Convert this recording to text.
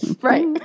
Right